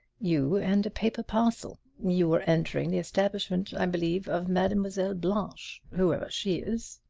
you and a paper parcel. you were entering the establishment, i believe, of mademoiselle blanche, whoever she is.